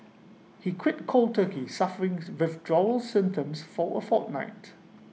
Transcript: he quit cold turkey suffering withdrawal symptoms for A fortnight